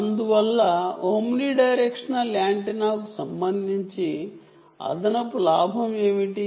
అందువల్ల omni directional యాంటెన్నాకు సంబంధించి అదనపు గెయిన్ ఎంత